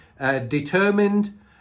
determined